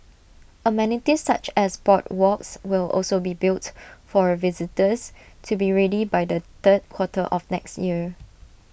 amenities such as boardwalks will also be built for A visitors to be ready by the third quarter of next year